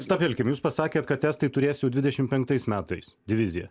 stabtelkim jūs pasakėt kad estai turės jau dvidešim penktais metais diviziją